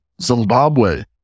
zimbabwe